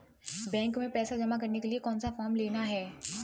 Bank में पैसा जमा करने के लिए कौन सा फॉर्म लेना है?